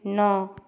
नौ